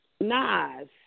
Nas